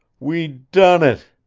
we done it!